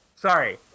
Sorry